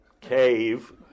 cave